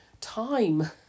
Time